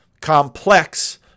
complex